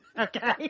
Okay